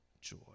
joy